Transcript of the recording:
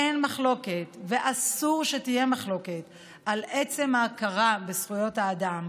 אין מחלוקת ואסור שתהיה מחלוקת על עצם ההכרה בזכויות האדם,